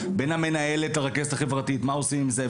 בין המנהלת לרכזת החברתית: מה עושים עם זה?